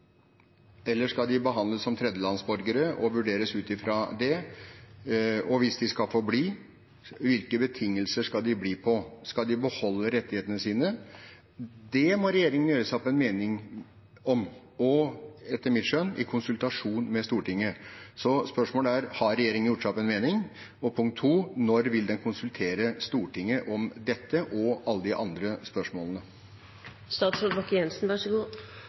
hvilke betingelser skal de bli på? Skal de beholde rettighetene sine? Det må regjeringen gjøre seg opp en mening om, etter mitt skjønn i konsultasjon med Stortinget. Spørsmålet er: Har regjeringen gjort seg opp en mening? Når vil regjeringen konsultere Stortinget om dette og alle de andre spørsmålene?